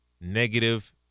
negative